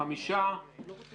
הצבעה בעד, 4 נגד, 5 לא אושרה.